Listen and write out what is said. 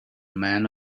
men